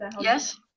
Yes